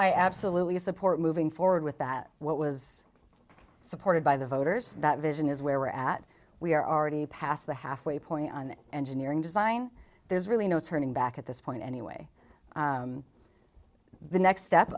i absolutely support moving forward with that what was supported by the voters that vision is where we're at we're already past the halfway point on engineering design there's really no turning back at this point anyway the next step